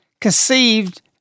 conceived